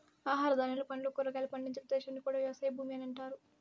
ఆహార ధాన్యాలు, పండ్లు, కూరగాయలు పండించే ప్రదేశాన్ని కూడా వ్యవసాయ భూమి అని అంటారు